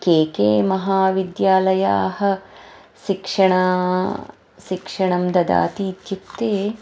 के के महाविद्यालयाः शिक्षणं शिक्षणं ददति इत्युक्ते